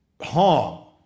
harm